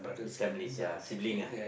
families yeah sibling ah